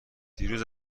دیروز